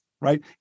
right